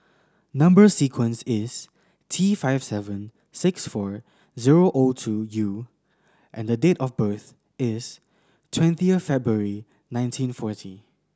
number sequence is T five seven six four zero O two U and the date of birth is twentieth February nineteen forty